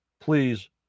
please